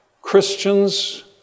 Christians